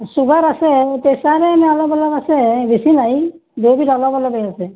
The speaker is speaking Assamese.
চুগাৰ আছে প্ৰেচাৰে অলপ অলপ আছে বেছি নাই দুয়োবিধ অলপ অলপেই আছে